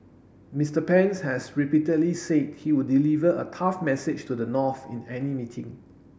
Mister Pence has repeatedly said he would deliver a tough message to the North in any meeting